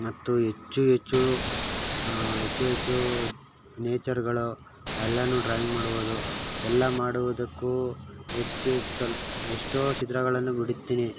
ಮತ್ತು ಹೆಚ್ಚು ಹೆಚ್ಚು ಹೆಚ್ಚು ಹೆಚ್ಚು ನೇಚರ್ಗಳು ಎಲ್ಲಾನು ಡ್ರಾಯಿಂಗ್ ಮಾಡ್ಬೋದು ಎಲ್ಲಾ ಮಾಡುವುದಕ್ಕೂ ಹೆಚ್ಚು ಹೆಚ್ಚು ಸ್ವಲ್ಪ ಎಷ್ಟೋ ಚಿತ್ರಗಳನ್ನು ಬಿಡುತ್ತೀನಿ